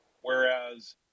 Whereas